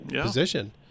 position